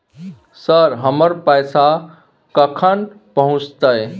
Sir, हमर पैसा कखन पहुंचतै?